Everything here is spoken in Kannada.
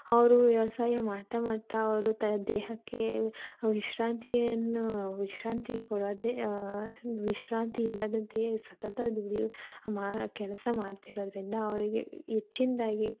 ಅವರು ವ್ಯವಸಾಯ ಮಾಡ್ತಾ ಮಾಡ್ತಾ ಅವರು ದೇಹಕ್ಕೆ ವಿಶ್ರಾಂತಿಯನ್ನು ವಿಶ್ರಾಂತಿ ಕೊಡೋದೇ ವಿಶ್ರಾಂತಿ ಇಲ್ಲದಂತೆಯೇ ಸತತ ದುಡಿಯು ಮಾ ಕೆಲಸ ಮಾಡ್ತಿರೋದ್ರಿಂದ ಅವ್ರಿಗೆ ಹೆಚ್ಚಿನ್ದಾಗಿ